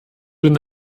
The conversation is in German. den